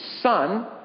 Son